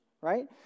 right